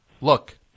look